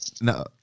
No